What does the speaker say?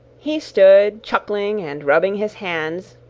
he stood chuckling and rubbing his hands,